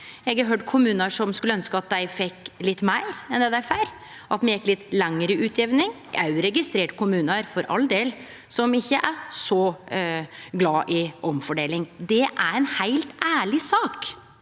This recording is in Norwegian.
Eg har høyrt kommunar som skulle ønskje at dei fekk litt meir enn det dei får, at me gjekk litt lenger i utjamning. Eg har òg registrert kommunar, for all del, som ikkje er så glade i omfordeling. Det er ei heilt ærleg sak,